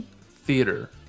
theater